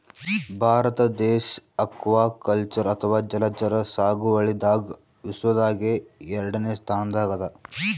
ಭಾರತ ದೇಶ್ ಅಕ್ವಾಕಲ್ಚರ್ ಅಥವಾ ಜಲಚರ ಸಾಗುವಳಿದಾಗ್ ವಿಶ್ವದಾಗೆ ಎರಡನೇ ಸ್ತಾನ್ದಾಗ್ ಅದಾ